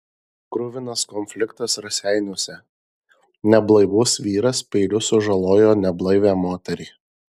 kruvinas konfliktas raseiniuose neblaivus vyras peiliu sužalojo neblaivią moterį